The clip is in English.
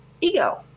ego